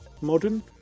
modern